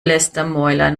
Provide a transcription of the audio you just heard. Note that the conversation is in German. lästermäuler